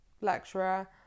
lecturer